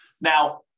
Now